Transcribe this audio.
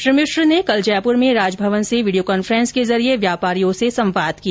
श्री मिश्र ने कल जयपुर में राजभवन से वीडियो कॉन्फ्रेस के जरिये व्यापारियों से संवाद किया